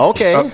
Okay